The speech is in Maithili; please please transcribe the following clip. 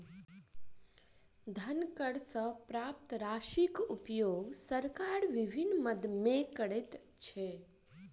धन कर सॅ प्राप्त राशिक उपयोग सरकार विभिन्न मद मे करैत छै